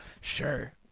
Sure